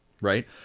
right